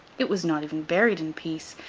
it was not even buried in peace.